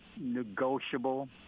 negotiable